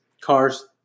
Cars